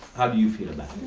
you feel about